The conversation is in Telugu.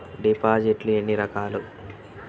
డిపాజిట్లు ఎన్ని రకాలు?